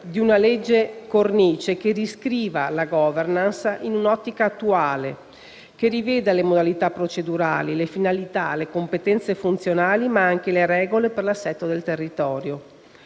di una legge cornice che riscriva la *governance* in un'ottica attuale, che riveda le modalità procedurali, le finalità, le competenze funzionali, ma anche le regole per l'assetto del territorio.